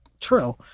true